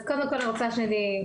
קודם כל אני רוצה לומר שאני פה,